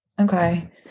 okay